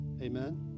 Amen